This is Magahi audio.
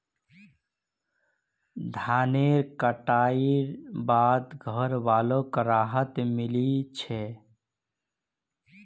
धानेर कटाई बाद घरवालोक राहत मिली छे